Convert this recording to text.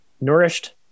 nourished